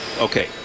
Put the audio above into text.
Okay